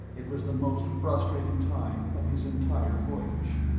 it was the most frustrating time of his entire voyage.